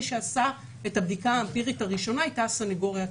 מי שעשה את הבדיקה האמפירית הראשונה הייתה הסנגוריה הציבורית.